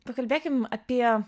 pakalbėkim apie